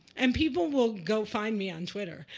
and people will go find me on twitter.